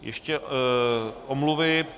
Ještě omluvy.